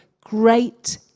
great